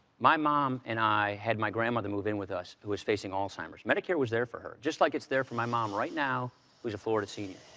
my mom and i had my grandmother move in with us who was facing alzheimer's. medicare was there for her, just like it's there for my mom right now who's a florida senior.